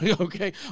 okay